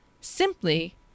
simply